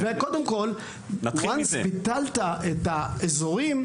וקודם כל, ברגע שביטלת את האזורים,